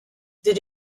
did